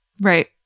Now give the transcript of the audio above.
Right